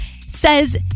says